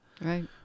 Right